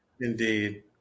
Indeed